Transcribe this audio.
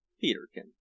Peterkin